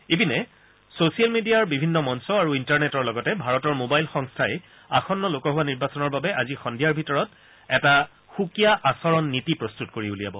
ইপিনে ছচিয়েল মিডিয়াৰ বিভিন্ন মঞ্চ আৰু ইণ্টাৰনেটৰ লগতে ভাৰতৰ মোবাইল সংস্থাই আসন্ন লোকসভা নিৰ্বাচনৰ বাবে আজি সদ্ধিয়াৰ ভিতৰত এটা সুকীয়া আচৰণ নীতি প্ৰস্তত কৰি উলিয়াব